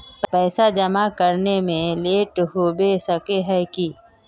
पैसा जमा करे में लेट होबे सके है की?